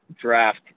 draft